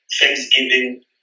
Thanksgiving